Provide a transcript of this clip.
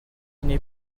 n’est